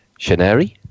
Shaneri